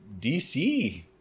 DC